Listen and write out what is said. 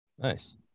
nice